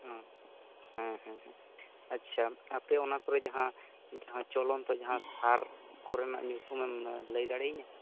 ᱦᱮᱸ ᱦᱮᱸ ᱟᱪᱪᱷᱟ ᱟᱯᱮ ᱚᱱᱟᱠᱚᱨᱮ ᱡᱟᱦᱟᱸ ᱡᱟᱦᱟᱸ ᱪᱚᱞᱚᱱᱛᱚ ᱥᱟᱨ ᱠᱚᱨᱮᱱᱟᱜ ᱧᱩᱛᱩᱢᱮᱢ ᱞᱟᱹᱭ ᱫᱟᱲᱮ ᱟᱹᱧᱟᱹ